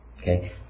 okay